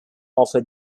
offer